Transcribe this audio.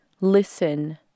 Listen